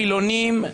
חילונים,